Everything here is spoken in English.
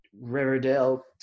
Riverdale